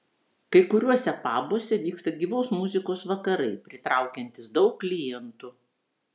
kai kuriuose pabuose vyksta gyvos muzikos vakarai pritraukiantys daug klientų